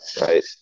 right